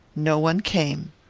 no one came.